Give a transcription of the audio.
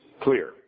clear